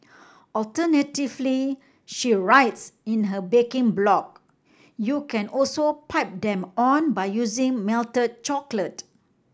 alternatively she writes in her baking blog you can also pipe them on by using melted chocolate